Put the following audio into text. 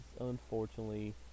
unfortunately